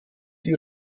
die